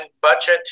budget